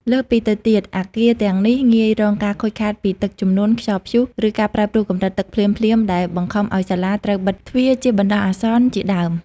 លើសពីទៅទៀតអគារទាំងនេះងាយរងការខូចខាតពីទឹកជំនន់ ខ្យល់ព្យុះ ឬការប្រែប្រួលកម្រិតទឹកភ្លាមៗ ដែលបង្ខំឱ្យសាលាត្រូវបិទទ្វារជាបណ្តោះអាសន្នជាដើម។